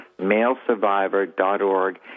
malesurvivor.org